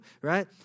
Right